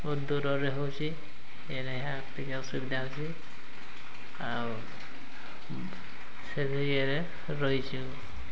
ବହୁତ ଦୂରରେ ହେଉଛି ଏଇନେ ହିଁ ଟିକେ ଅସୁବିଧା ହେଉଛି ଆଉ ସେଭଳି ଇଏରେ ରହିଛୁ